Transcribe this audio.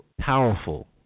powerful